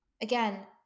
again